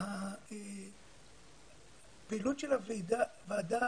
הפעילות של היחידה